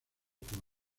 coro